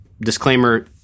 Disclaimer